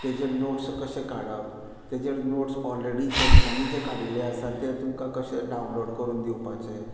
ताजेर नोट्स कशे काडप ताजेर नोट्स ऑलरेडी तांच्यानी जे काडिल्ले आसा ते तुमकां कशे डावनलोड करून दिवपाचे